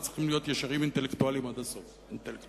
צריכים להיות ישרים אינטלקטואלית עד הסוף,